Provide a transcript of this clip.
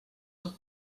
foc